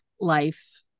life